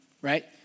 right